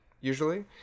usually